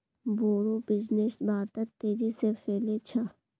बोड़ो बिजनेस भारतत तेजी से फैल छ